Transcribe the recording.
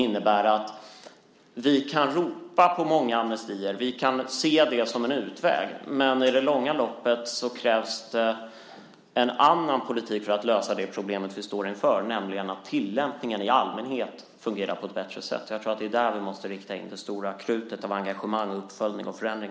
Visst kan vi ropa på amnestier och se det som en utväg, men i det långa loppet krävs en annan politik för att lösa det problem som vi står inför, nämligen att se till att tillämpningen fungerar på ett bättre sätt. Det stora engagemanget måste riktas in på uppföljning och förändring.